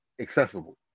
accessible